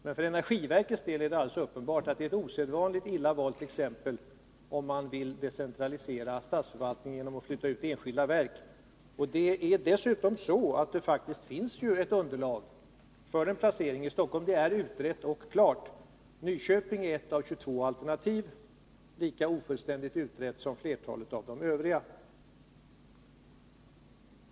Men för energiverkets del är det alldeles uppenbart att det är ett osedvanligt illa valt exempel, om man vill decentralisera statsförvaltningen genom att flytta ut enskilda verk. Det finns dessutom faktiskt ett underlag för en lokalisering till Stockholm i det aktuella fallet. Det är utrett och klart. Nyköping är ett av 22 alternativ, lika ofullständigt utrett som flertalet av de övriga.